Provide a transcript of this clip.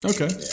Okay